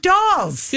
Dolls